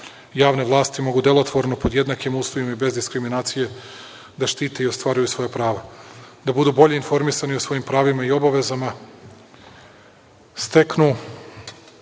javne vlasti mogu delotvorno, pod jednakim uslovima i bez diskriminacije da štite i ostvaruju svoja prava, da budu bolje informisani o svojim pravima i obavezama, steknu